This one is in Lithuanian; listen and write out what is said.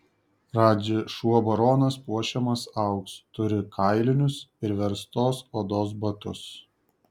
radži šuo baronas puošiamas auksu turi kailinius ir verstos odos batus